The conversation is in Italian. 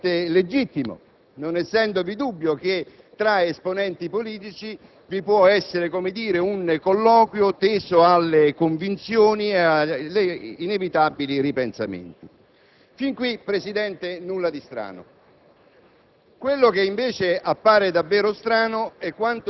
fossero in corso dei conciliaboli. Ciò è assolutamente legittimo, non essendovi dubbio che tra esponenti politici vi può essere un colloquio teso alla convinzione e agli inevitabili ripensamenti. Fino a questo punto, signor Presidente, nulla di strano.